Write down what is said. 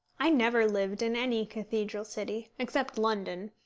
i never lived in any cathedral city except london,